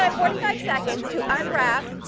um forty five seconds to unwrap,